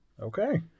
Okay